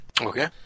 Okay